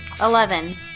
Eleven